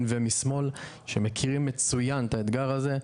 ומשמאל שמכירים מצוין את האתגר הזה.